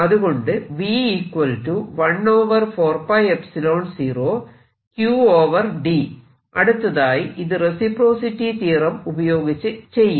അതുകൊണ്ട് അടുത്തതായി ഇത് റെസിപ്രോസിറ്റി തിയറം ഉപയോഗിച്ച് ചെയ്യാം